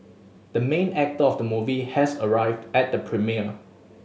the main actor of the movie has arrived at the premiere